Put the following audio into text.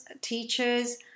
teachers